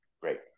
great